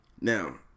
Now